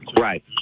right